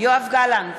יואב גלנט,